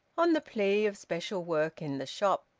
on the plea of special work in the shop.